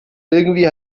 irgendwie